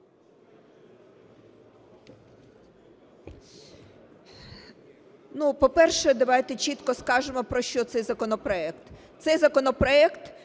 Ю.В. По-перше, давайте чітко скажемо, про що цей законопроект. Цей законопроект